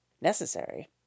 necessary